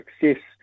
success